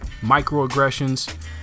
microaggressions